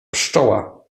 pszczoła